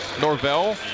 Norvell